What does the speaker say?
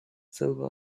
silva